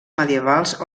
medievals